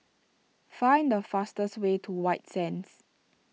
find the fastest way to White Sands